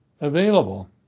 available